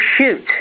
shoot